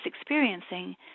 experiencing